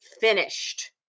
finished